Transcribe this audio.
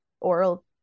oral